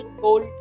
gold